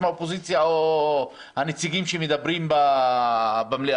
מהאופוזיציה או הנציגים מדברים במליאה,